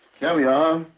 here we are,